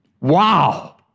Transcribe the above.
Wow